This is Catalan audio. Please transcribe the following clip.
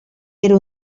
era